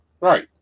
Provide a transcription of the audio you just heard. Right